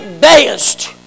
best